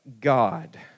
God